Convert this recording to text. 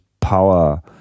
power